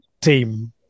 team